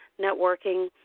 networking